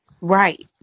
Right